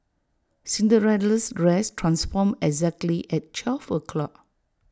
Cinderella's dress transformed exactly at twelve o' clock